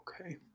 Okay